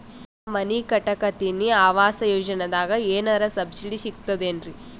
ನಾ ಮನಿ ಕಟಕತಿನಿ ಆವಾಸ್ ಯೋಜನದಾಗ ಏನರ ಸಬ್ಸಿಡಿ ಸಿಗ್ತದೇನ್ರಿ?